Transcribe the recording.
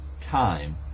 time